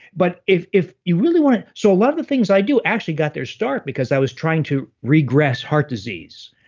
but if if you really want to. so, a lot of the things i do actually got their start because i was trying to regress heart disease.